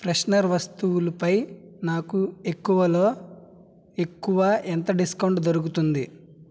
freshener వస్తువులపై నాకు ఎక్కువలో ఎక్కువ ఎంత డిస్కౌంట్ దొరుకుతుంది